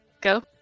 Go